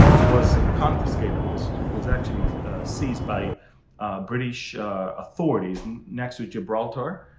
was confiscated. was was actually seized by british authorities next to gibraltar.